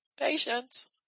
patience